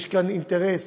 יש כאן אינטרס,